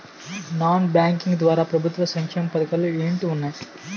Non banking ద్వారా ప్రభుత్వ సంక్షేమ పథకాలు ఏంటి ఉన్నాయి?